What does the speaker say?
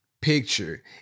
picture